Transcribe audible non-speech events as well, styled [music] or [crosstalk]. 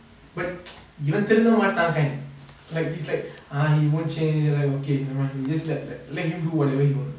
but [noise] இவன் திருந்த மாட்டான்:ivan thiruntha maataan kind like he's like !huh! he won't change like okay never mind we just like let him do whatever he want